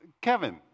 Kevin